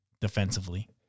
defensively